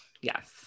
Yes